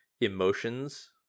emotions